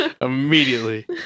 immediately